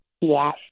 Yes